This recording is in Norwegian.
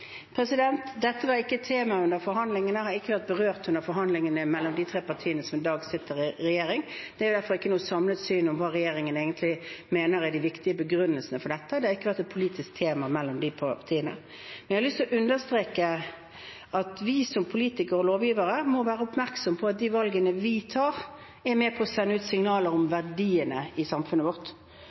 Dette var ikke tema under forhandlingene, det har ikke vært berørt under forhandlingene mellom de tre partiene som i dag sitter i regjering. Det er i hvert fall ikke noe samlet syn om hva regjeringen egentlig mener er de viktige begrunnelsene for dette. Det har ikke vært et politisk tema mellom de partiene. Jeg har lyst til å understreke at vi som politikere og lovgivere må være oppmerksom på at de valgene vi tar, er med på å sende ut signaler om verdiene i samfunnet vårt.